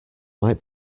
might